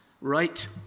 right